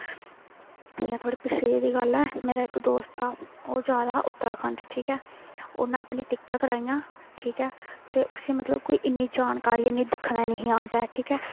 जियां थोह्ड़े पिच्छे जेही दी गल्ल ऐ मेरा इक दोस्त हा ओह् जा दा हा उतराखंड ठीक ऐ उन्नै अपनी टिकटां कराइयां ठीक ऐ ते उसी मतलब कोई इन्नी जानकारी है निं दिक्खना नेईं आंदा हा ठीक ऐ